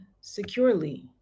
securely